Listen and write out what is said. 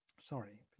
Sorry